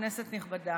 כנסת נכבדה,